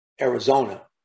Arizona